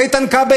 איתן כבל,